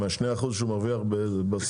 משני האחוזים שהוא מרוויח בסופר?